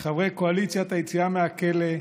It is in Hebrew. לחברי קואליציית היציאה מהכלא,